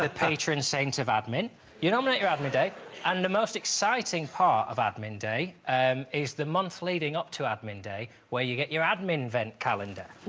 ah patron saint of admin you nominate your add me date and the most exciting part of admin day um is the month leading up to admin day where you get your admin event calendar?